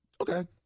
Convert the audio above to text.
Okay